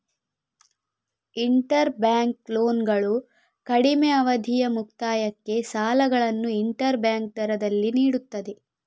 inter bank ಲೋನ್ಗಳು ಕಡಿಮೆ ಅವಧಿಯ ಮುಕ್ತಾಯಕ್ಕೆ ಸಾಲಗಳನ್ನು ಇಂಟರ್ ಬ್ಯಾಂಕ್ ದರದಲ್ಲಿ ನೀಡುತ್ತದೆ